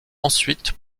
ensuite